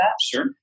Sure